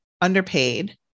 underpaid